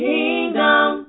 Kingdom